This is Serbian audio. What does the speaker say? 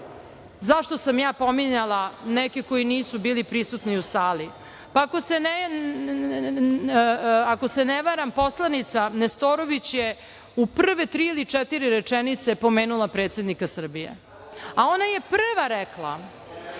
zašto sam ja pominjala neke koji nisu bili prisutni u sali, pa ako se ne varam, poslanica Nestorović je u prve tri ili četiri rečenice pomenula predsednika Srbije, a ona je prava rekla